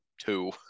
two